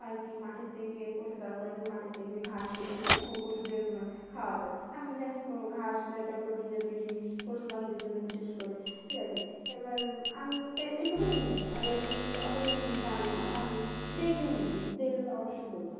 আর কি মাঠের থেকে পশু চালান করার জন্য মাঠের থেকে ঘাস কেটে নিয়ে পশুদের খাওয়াতো আমি জানি ঘাস একটা প্রোটিন জাতীয় জিনিস পশু পাখিদের জন্য বিশেষ করে ঠিক আছে এবার আমি এটুকুনি জানি আর বেশি অত কিছু জানি না আর দেখেও নিই দেখলে অবশ্যই বলতাম